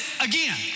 again